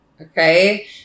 okay